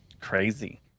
Crazy